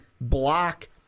block